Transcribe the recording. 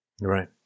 right